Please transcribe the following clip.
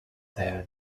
their